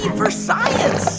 for science